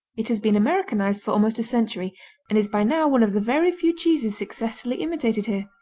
it has been americanized for almost a century and is by now one of the very few cheeses successfully imitated here,